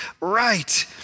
right